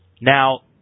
Now